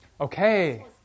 Okay